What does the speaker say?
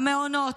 המעונות,